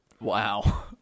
Wow